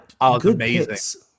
amazing